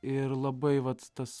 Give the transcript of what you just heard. ir labai vat tas